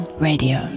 Radio